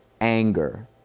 anger